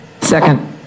Second